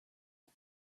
eat